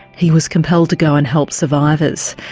he was compelled to go and help survivors.